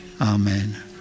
Amen